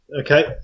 Okay